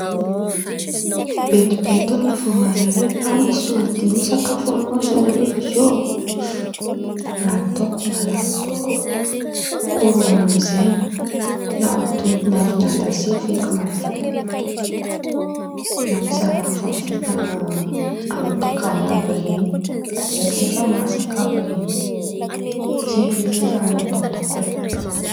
Betibetiby eo an̈ao vao maren̈y oe ha misy olo dimy isakafo amin̈ao Zao hariva ziô raha ataoko malaky dônko kô rô amizay na atody na viandy hase feky malaky, na mizaha raha efa vita amy dokan̈y àby ren̈y direkity masaka àby ren̈y, zen̈y feky sisa azoko ataoko e.